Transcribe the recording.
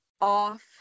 off